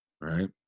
right